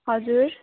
हजुर